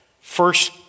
First